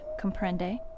Comprende